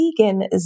vegan